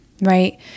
right